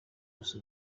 gusa